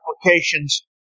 applications